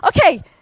Okay